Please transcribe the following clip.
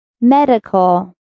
Medical